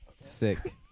Sick